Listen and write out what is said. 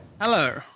Hello